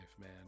man